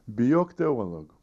bijok teologo